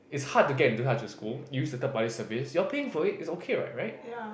is hard to get into such a school use a third party service you are paying for it it's okay what right